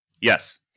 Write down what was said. Yes